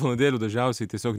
valandėlių dažniausiai tiesiog